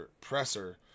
presser